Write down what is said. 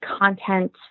content